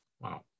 Wow